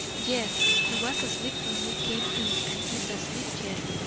yes. he was asleep when we came in and he is asleep yet.